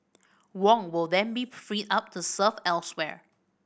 Wong will then be freed up to serve elsewhere